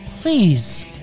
Please